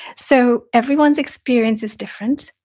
so, everyone's experience is different,